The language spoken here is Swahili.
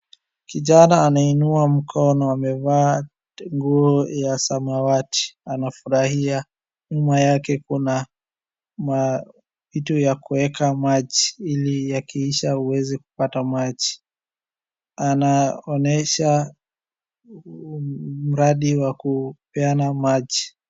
Kijana anainua mkono, amevaa nguo ya samawati, anafurahia. Nyuma yake kuna makitu ya kueka maji ili yakiisha uweze kupata maji. Anaonesha mradi wa kupeana maji.